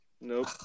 Nope